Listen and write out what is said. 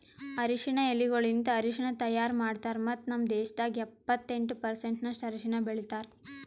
ಅರಶಿನ ಎಲಿಗೊಳಲಿಂತ್ ಅರಶಿನ ತೈಯಾರ್ ಮಾಡ್ತಾರ್ ಮತ್ತ ನಮ್ ದೇಶದಾಗ್ ಎಪ್ಪತ್ತೆಂಟು ಪರ್ಸೆಂಟಿನಷ್ಟು ಅರಶಿನ ಬೆಳಿತಾರ್